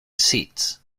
seats